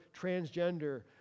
transgender